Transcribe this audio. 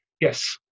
Yes